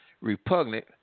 repugnant